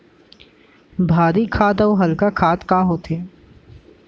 भारी खाद अऊ हल्का खाद का होथे?